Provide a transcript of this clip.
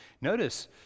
Notice